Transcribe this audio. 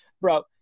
Bro